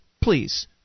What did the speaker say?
please